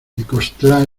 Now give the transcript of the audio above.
necoxtla